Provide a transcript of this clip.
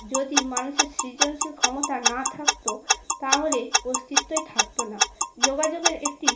যদি মানুষের সৃজনশীল ক্ষমতা না থাকত তাহলে অস্তিত্বই থাকত না যোগাযোগের একটি